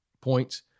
points